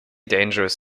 dangerous